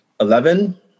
Eleven